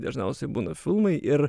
dažniausiai būna filmai ir